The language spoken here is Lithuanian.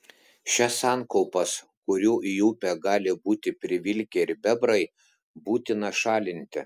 šias sankaupas kurių į upę gali būti privilkę ir bebrai būtina šalinti